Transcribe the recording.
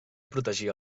protegia